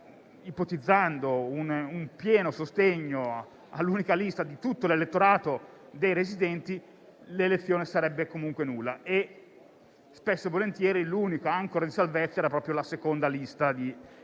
ipotizzando un pieno sostegno all'unica lista di tutto l'elettorato dei residenti, l'elezione sarebbe comunque nulla. Spesso e volentieri, l'unica ancora di salvezza era proprio la seconda lista di